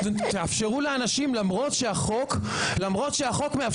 תאפשרו לאנשים, למרות שהחוק מאפשר.